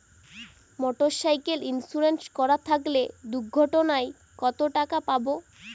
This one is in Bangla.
মোটরসাইকেল ইন্সুরেন্স করা থাকলে দুঃঘটনায় কতটাকা পাব?